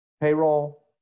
payroll